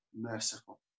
merciful